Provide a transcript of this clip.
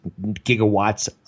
gigawatts